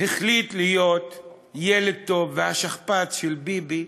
החליט להיות ילד טוב והשכפ"ץ של ביבי,